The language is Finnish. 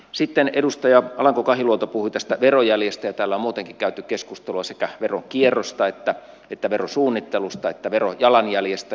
sitten edustaja alanko kahiluoto puhui tästä verojäljestä ja täällä on muutenkin käyty keskustelua sekä veronkierrosta että verosuunnittelusta että verojalanjäljestä